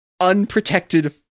unprotected